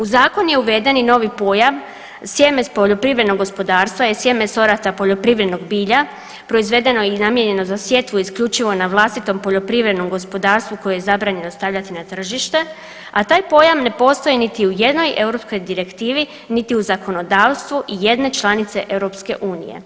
U zakon je uveden i novi pojam sjeme s poljoprivrednog gospodarstva je sjeme sorata poljoprivrednih bilja proizvedeno i namijenjeno za sjetvu isključivo na vlastitom poljoprivrednom gospodarstvu koje je zabranjeno stavljati na tržište, a taj pojam ne postoji niti u jednoj europskoj direktivi niti u zakonodavstvu i jedne članice EU.